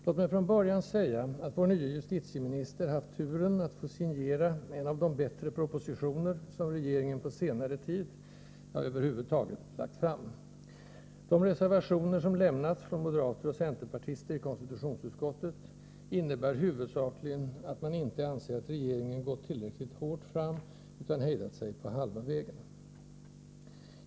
Låt mig från början säga att vår nye justitieminister har haft turen att få signera en av de bättre propositioner som regeringen på senare tid — ja, över huvud taget — har lagt fram. De reservationer som har lämnats från moderater och centerpartister i konstitutionsutskottet innebär huvudsakligen att man inte anser att regeringen har gått tillräckligt hårt fram utan hejdat sig på halva vägen.